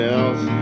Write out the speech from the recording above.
else